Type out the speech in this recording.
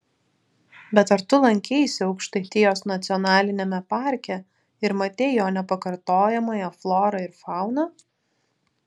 bet ar tu lankeisi aukštaitijos nacionaliniame parke ir matei jo nepakartojamąją florą ir fauną